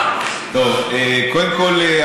קודם כול,